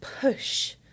push